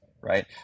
Right